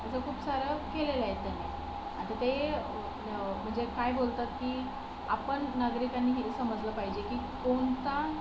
असं खूप सारं केलेलं आहे त्याने आता ते म्हणजे काय बोलतात की आपण नागरिकांनी हे समजलं पाहिजे की कोणता